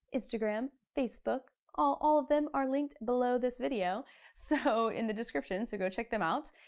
instagram, facebook. all all of them are linked below this video so in the description so go check them out.